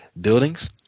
buildings